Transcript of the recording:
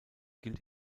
gilt